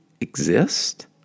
exist